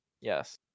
Yes